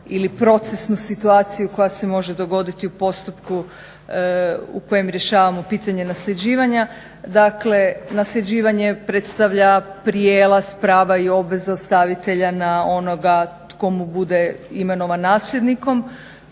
ili procesnu situaciju koja se može dogoditi u postupku u kojem rješavamo pitanje nasljeđivanja. Dakle, nasljeđivanje predstavlja prijelaz prava i obveza ostavitelja na onoga tko mu bude imenovan nasljednikom